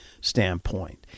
standpoint